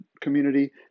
community